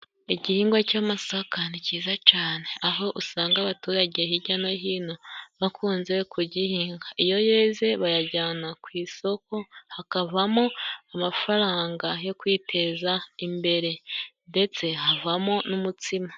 Igihingwa cy'amasaka ni cyiza cyane aho usanga abaturage hirya no hino bakunze kugihinga, iyo yeze bayajyana ku isoko hakavamo amafaranga yo kwiteza imbere ndetse havamo n'umutsima.